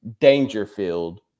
Dangerfield